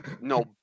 No